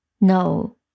No